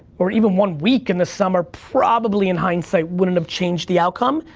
or even one week in the summer, probably in hindsight wouldn't have changed the outcome,